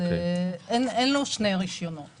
אין לו שני רישיונות.